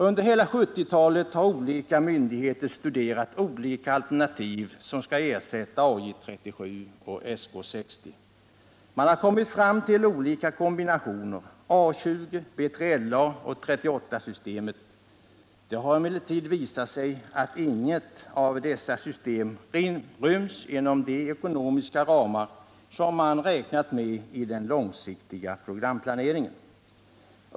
Under hela 1970-talet har olika myndigheter studerat alternativ till AJ 37 och SK 60. Man har kommit fram till olika kombinationer av A 20, B3LA och 38-systemet. Det har emellertid visat sig att inget av dessa system ryms inom de ekonomiska ramar som man räknat med i den långsiktiga programplaneringen.